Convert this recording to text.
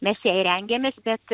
mes jai rengėmės bet